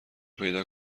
پیدا